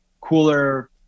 cooler